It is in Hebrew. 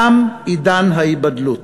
תם עידן ההיבדלות,